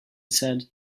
said